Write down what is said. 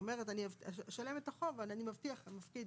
שהוא אומר אני אשלם את החוב, אבל אני מבטיח להפקיד